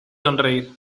sonreír